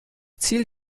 ziel